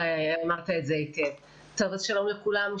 שלום לכולם,